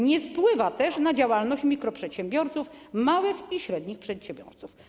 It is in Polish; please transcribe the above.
Nie wpływa też na działalność mikroprzedsiębiorców, małych i średnich przedsiębiorców.